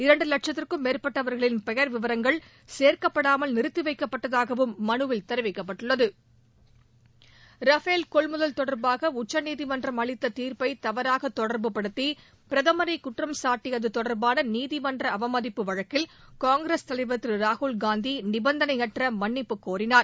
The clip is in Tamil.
இரண்டு வட்கத்திற்கும் மேற்பட்டவர்களின் பெயர் விவரங்கள் சேர்க்க்ப்படாமல் நிறுத்திவைக்கப்பட்டதாகவும் மனுவில் தெரிவிக்கப்பட்டுள்ளது ரஃபேல் கொள்முதல் தொடர்பாக உச்சநீதிமன்றம் அளித்த தீர்ப்பை தவறாக தொடர்புபடுத்தி பிரதமரை குற்றம் சாட்டியது தொடர்பான நீதிமன்ற அவமதிப்பு வழக்கில் காங்கிரஸ் தலைவர் திரு ராகுல் காந்தி நிபந்தனையற்ற மன்னிப்பு கோரினார்